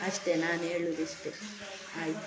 ಅಷ್ಟೆ ನಾನು ಹೇಳುವುದಿಷ್ಟೇ ಆಯಿತು